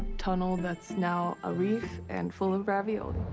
tunnel that's now a reef and full of ravioli.